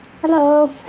Hello